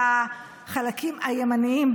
והחלקים הימניים,